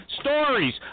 stories